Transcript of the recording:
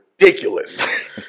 ridiculous